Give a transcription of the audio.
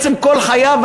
בעצם כל חייו,